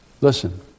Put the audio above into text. Listen